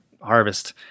harvest